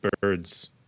birds